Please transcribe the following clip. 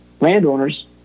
landowners